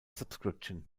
subscription